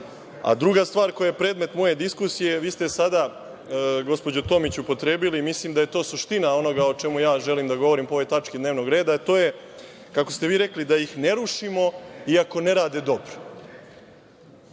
stvar koja je predmet moje diskusije, vi ste sada gospođo Tomić upotrebili, mislim da je to suština onoga o čemu ja želim da govorim po ovoj tački dnevnog reda, a to je kako ste vi rekli da ih ne rušimo iako ne rade dobro.